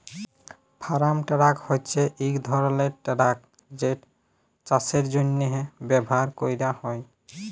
farm tractor হছে ইক ধরলের টেরাক যেট চাষের জ্যনহে ব্যাভার ক্যরা হয়